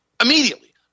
Immediately